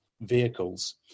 vehicles